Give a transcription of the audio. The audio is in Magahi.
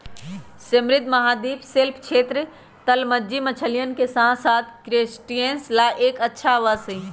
समृद्ध महाद्वीपीय शेल्फ क्षेत्र, तलमज्जी मछलियन के साथसाथ क्रस्टेशियंस ला एक अच्छा आवास हई